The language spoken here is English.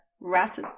rat